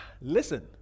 Listen